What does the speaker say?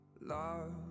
love